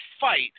fight